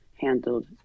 handled